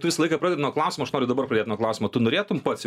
tu visą laiką pradedi nuo klausimo aš noriu dabar pradėt nuo klausimo tu norėtum pats